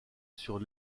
sur